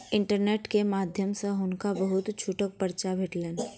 internet के माध्यम सॅ हुनका बहुत छूटक पर्चा भेटलैन